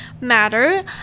matter